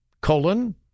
Colon